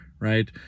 right